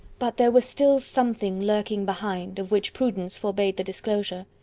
but there was still something lurking behind, of which prudence forbade the disclosure.